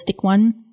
one